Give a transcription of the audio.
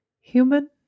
human